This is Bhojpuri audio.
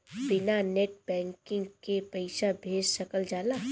बिना नेट बैंकिंग के पईसा भेज सकल जाला?